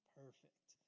perfect